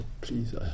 please